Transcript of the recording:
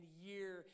year